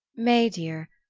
may dear,